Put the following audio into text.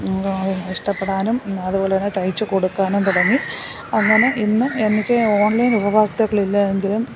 ഇഷ്ടപ്പെടാനും അതുപോലെ തന്നെ തയ്ച്ച് കൊടുക്കാനും തുടങ്ങി അങ്ങനെ ഇന്ന് എനിക്ക് ഓൺലൈൻ ഉപഭോക്താക്കൾ ഇല്ല എങ്കിലും